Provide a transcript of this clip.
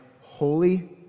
holy